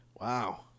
wow